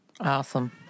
Awesome